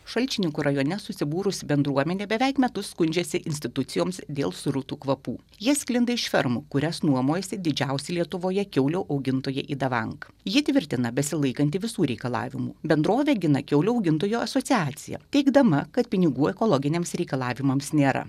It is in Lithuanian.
šalčininkų rajone susibūrusi bendruomenė beveik metus skundžiasi institucijoms dėl srutų kvapų jie sklinda iš fermų kurias nuomojasi didžiausi lietuvoje kiaulių augintoja idavank ji tvirtina besilaikanti visų reikalavimų bendrovė gina kiaulių augintojų asociaciją teigdama kad pinigų ekologiniams reikalavimams nėra